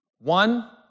One